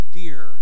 dear